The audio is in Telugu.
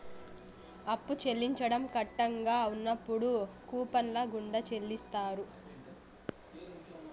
అప్పు చెల్లించడం కట్టంగా ఉన్నప్పుడు కూపన్ల గుండా చెల్లిత్తారు